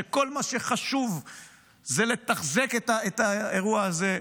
שכל מה שחשוב זה לתחזק את האירוע הזה?